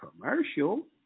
commercial